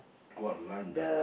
what line